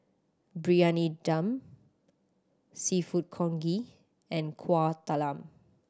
Briyani Dum Seafood Congee and Kueh Talam